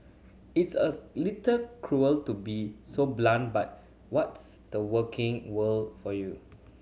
it's a little cruel to be so blunt but what's the working world for you